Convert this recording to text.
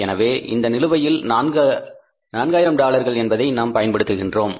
எனவே இந்த நிலுவையில் 4000 டாலர்கள் என்பதை நாம் பயன்படுத்துகிறோம்